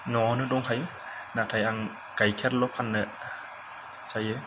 न'आवनो दंखायो नाथाय आं गाइखेरल' फाननाय जायो